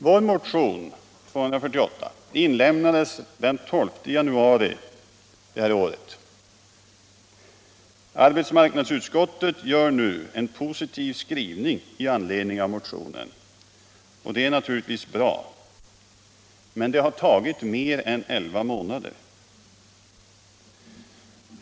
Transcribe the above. Vår motion 248 inlämnades den 12 januari i år. Arbetsmarknadsutskottets skrivning med anledning av motionen är positiv, och det är naturligtvis bra, men det har gått mer än elva månader.